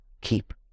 keep